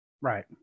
Right